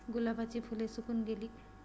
गुलाबाची फुले सुकून गेली